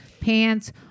pants